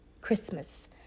Christmas